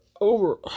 Over